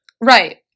Right